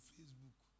Facebook